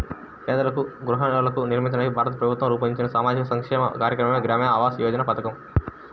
పేదలకు గృహాలను నిర్మించడానికి భారత ప్రభుత్వం రూపొందించిన సామాజిక సంక్షేమ కార్యక్రమమే గ్రామీణ ఆవాస్ యోజన పథకం